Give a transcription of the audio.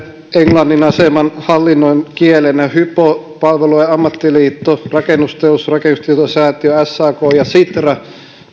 englannin aseman hallinnon kielenä hypo palvelualojen ammattiliitto rakennusteollisuus rakennustietosäätiö sak ja sitra